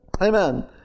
Amen